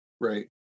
Right